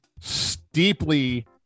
steeply